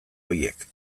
horiek